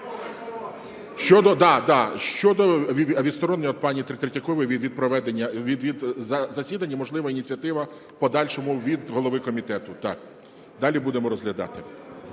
щодо відсторонення пані Третьякової від засідань і, можливо, ініціатива в подальшому від голови комітету. Далі будемо розглядати.